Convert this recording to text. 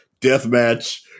deathmatch